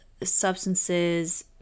substances